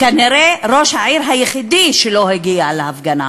כנראה את ראש העיר היחיד שלא הגיע להפגנה.